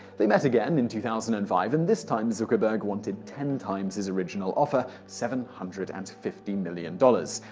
they met again later in two thousand and five, and this time zuckerberg wanted ten times his original offer, seven hundred and fifty million dollars.